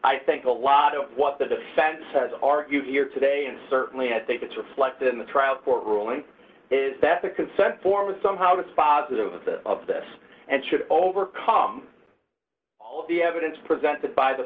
i think a lot of what the defense has argued here today and certainly i think it's reflected in the trial court ruling is that the consent form was somehow dispositive of the of this and should overcome all of the evidence presented by the